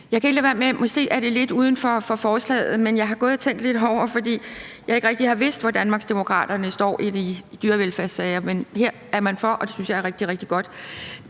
jeg kan ikke lade være med at sige, at jeg har gået og tænkt lidt over en ting, fordi jeg ikke rigtig har vidst, hvor Danmarksdemokraterne står i dyrevelfærdssager, men her vil man stemme for, og det synes jeg er rigtig, rigtig godt.